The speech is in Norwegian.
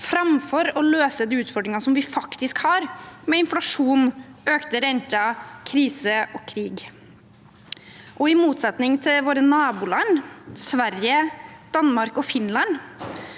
framfor å løse de utfordringene som vi faktisk har – med inflasjon, økte renter, krise og krig. I motsetning til våre naboland, Sverige, Danmark og Finland,